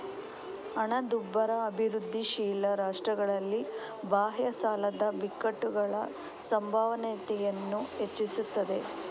ಹಣದುಬ್ಬರ ಅಭಿವೃದ್ಧಿಶೀಲ ರಾಷ್ಟ್ರಗಳಲ್ಲಿ ಬಾಹ್ಯ ಸಾಲದ ಬಿಕ್ಕಟ್ಟುಗಳ ಸಂಭವನೀಯತೆಯನ್ನ ಹೆಚ್ಚಿಸ್ತದೆ